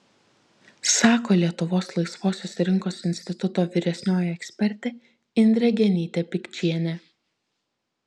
sako lietuvos laisvosios rinkos instituto vyresnioji ekspertė indrė genytė pikčienė